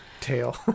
Tail